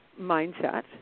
mindset